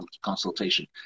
consultation